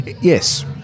Yes